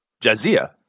Jazia